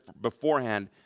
beforehand